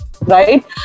right